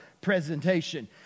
presentation